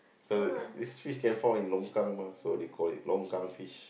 because it this fish can fall in Longkang mah so they call it Longkang fish